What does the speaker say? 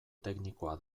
teknikoa